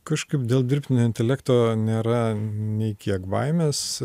kažkaip dėl dirbtinio intelekto nėra nei kiek baimės